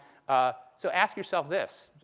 ah so ask yourself this.